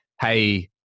hey